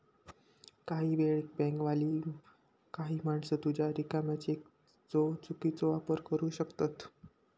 काही वेळेक बँकवाली काही माणसा तुझ्या रिकाम्या चेकचो चुकीचो वापर करू शकतत